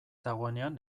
dagoenean